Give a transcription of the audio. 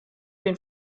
den